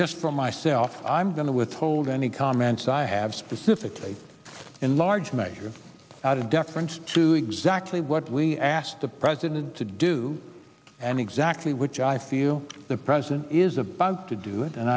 just for myself i'm going to withhold any comments i have specifically in large measure out of deference to exactly what we asked the president to do and exactly which i feel the president is a bug to do it and